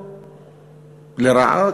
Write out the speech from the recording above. לרעה,